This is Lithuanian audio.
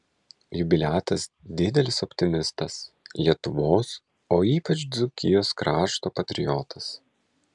jubiliatas didelis optimistas lietuvos o ypač dzūkijos krašto patriotas